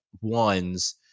ones